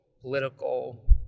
political